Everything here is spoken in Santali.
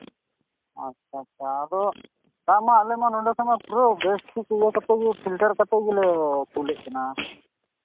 ᱟᱪᱪᱷᱟ ᱟᱪᱪᱷᱟ ᱟᱫᱚ ᱫᱟᱜ ᱢᱟ ᱟᱞᱮ ᱢᱟ ᱱᱚᱰᱮ ᱠᱷᱚᱱ ᱢᱟ ᱯᱩᱨᱟᱹ ᱵᱮᱥ ᱴᱷᱤᱠ ᱤᱭᱟᱹ ᱠᱟᱛᱮᱫ ᱜᱮ ᱯᱷᱤᱞᱴᱟᱨ ᱠᱟᱛᱮᱫ ᱜᱮᱞᱮ ᱠᱩᱞᱮᱫ ᱠᱟᱱᱟ